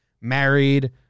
married –